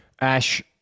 Ash